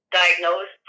diagnosed